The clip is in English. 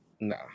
No